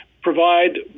provide